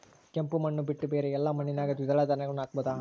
ಕೆಂಪು ಮಣ್ಣು ಬಿಟ್ಟು ಬೇರೆ ಎಲ್ಲಾ ಮಣ್ಣಿನಾಗ ದ್ವಿದಳ ಧಾನ್ಯಗಳನ್ನ ಹಾಕಬಹುದಾ?